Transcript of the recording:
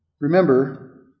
Remember